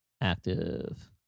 active